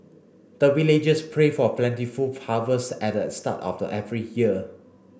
the villagers pray for plentiful harvest at the start of the every year